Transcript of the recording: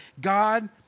God